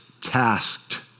tasked